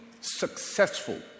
successful